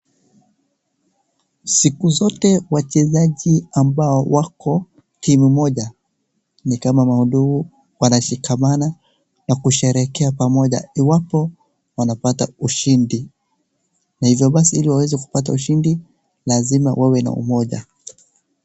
Siku zote wachezaji ambao wako timu moja ni kama mandugu, wanashikamana na kusherehekea pamoja iwapo wanapata ushindi. Na hivyo basi ili waweze kupata ushindi lazima wawe na umoja.